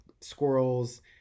squirrels